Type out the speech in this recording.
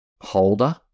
holder